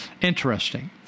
Interesting